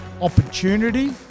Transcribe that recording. opportunity